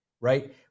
right